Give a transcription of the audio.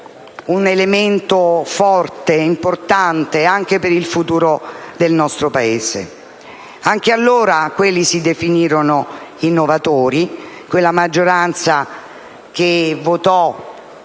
elemento forte e importante anche per il futuro del nostro Paese. Anche allora si definirono innovatori i componenti di quella maggioranza, che votò